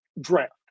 draft